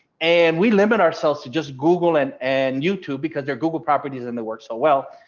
and we limit ourselves to just google and and youtube, because their google properties in the works. so well,